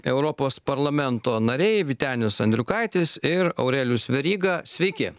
europos parlamento nariai vytenis andriukaitis ir aurelijus veryga sveiki